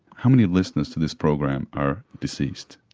how many listeners to this program are deceased?